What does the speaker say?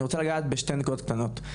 אני רוצה לגעת בשתי נקודות קטנות.